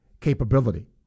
capability